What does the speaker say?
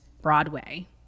Broadway